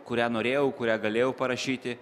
kurią norėjau kurią galėjau parašyti